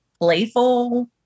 playful